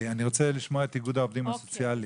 אני רוצה לשמוע את איגוד העובדים הסוציאליים.